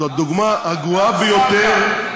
זו הדוגמה הגרועה ביותר.